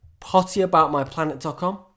pottyaboutmyplanet.com